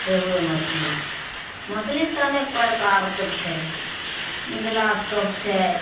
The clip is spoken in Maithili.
रेहुए मछली मछली तऽ अनेक प्रकारके छै गिलास कप छै